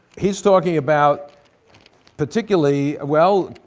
he's talking about particularly, well,